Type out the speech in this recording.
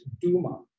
Duma